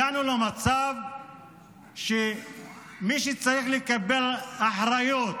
הגענו למצב שמי שצריך לקבל אחריות